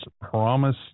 promise